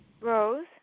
Rose